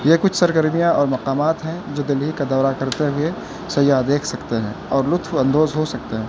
یہ کچھ سرگرمیاں اور مقامات ہیں جو دہلی کا دورہ کرتے ہوئے سیاح دیکھ سکتے ہیں اور لطف اندوز ہو سکتے ہیں